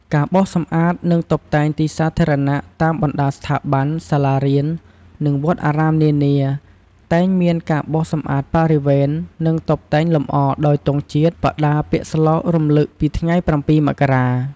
ការបោសសម្អាត និងតុបតែងទីសាធារណៈ តាមបណ្ដាស្ថាប័នរដ្ឋ សាលារៀន និងវត្តអារាមនានា តែងមានការបោសសម្អាតបរិវេណ និងតុបតែងលម្អដោយទង់ជាតិ បដាពាក្យស្លោករំឭកពីថ្ងៃ៧ មករា។